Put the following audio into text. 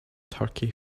turkey